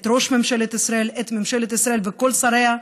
את ראש ממשלת ישראל וכל שריה,